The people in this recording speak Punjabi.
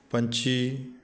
ਪੰਛੀ